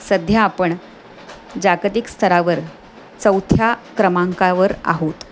सध्या आपण जागतिक स्तरावर चौथ्या क्रमांकावर आहोत